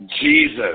Jesus